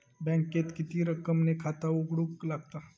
बँकेत किती रक्कम ने खाता उघडूक लागता?